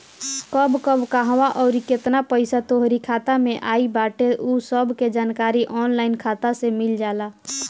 कब कब कहवा अउरी केतना पईसा तोहरी खाता में आई बाटे उ सब के जानकारी ऑनलाइन खाता से मिल जाला